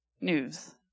news